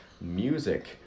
music